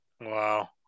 wow